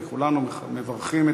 וכולנו מברכים,